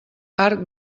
arc